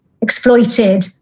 exploited